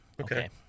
Okay